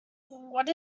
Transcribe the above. what